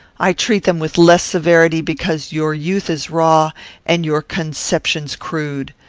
i treat them with less severity, because your youth is raw and your conceptions crude.